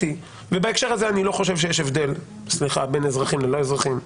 שלי ובהקשר הזה אני לא חושב שיש הבדל בין אזרחים ללא אזרחים,